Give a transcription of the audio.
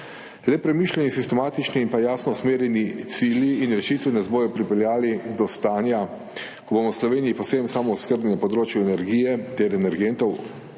Le premišljeni sistematični in jasno usmerjeni cilji in rešitve nas bodo pripeljali do stanja, ko bomo v Sloveniji povsem samooskrbni na področju energije ter energentov,